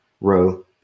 row